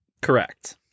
Correct